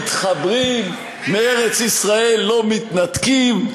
לארץ-ישראל מתחברים, מארץ-ישראל לא מתנתקים.